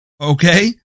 Okay